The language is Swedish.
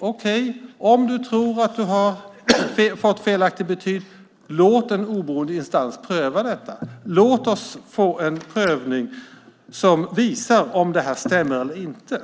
Okej, om du tror att du har fått felaktigt betyg låt en oberoende instans pröva detta! Låt oss få en prövning som visar om det här stämmer eller inte!